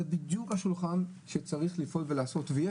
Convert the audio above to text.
זה בדיוק השולחן שצריך לפעול ולעשות,